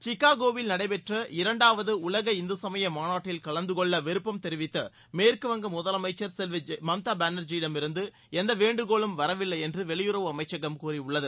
சிகாகோவில் நடைபெற்ற இரண்டாவது உலக இந்துசமய மாநாட்டில் கலந்துகொள்ள விருப்பம் தெரிவித்து மேற்குவங்க முதலமைச்சர் செல்வி மம்தா பானர்ஜியிடமிருந்து எந்த வேண்டுகோளும் வரவில்லை என்று வெளியுறவு அமைச்சகம் கூறியுள்ளது